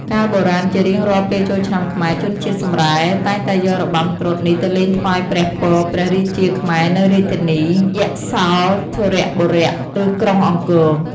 កាលបុរាណ ជារៀងរាល់ពេលចូលឆ្នាំខ្មែរ ជនជាតិសម្រែតែងតែយករបាំត្រុដិនេះទៅលេងថ្វាយព្រះពរព្រះរាជាខ្មែរនៅរាជធានី យសោធរបុរៈ ឬ ក្រុងអង្គរ។